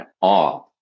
awe